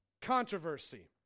controversy